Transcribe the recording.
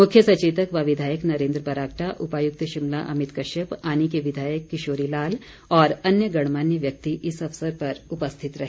मुख्य सचेतक व विधायक नरेन्द्र बरागटा उपायुक्त शिमला अमित कश्यप आनी के विधायक किशोरी लाल और अन्य गणमान्य व्यक्ति इस अवसर पर उपस्थित रहे